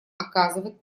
оказывать